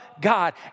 God